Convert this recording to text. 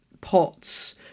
pots